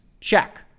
Check